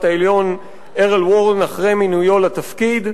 העליון ארל וורן אחרי מינויו לתפקיד.